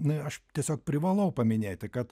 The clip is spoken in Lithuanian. na aš tiesiog privalau paminėti kad